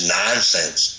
nonsense